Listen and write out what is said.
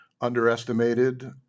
underestimated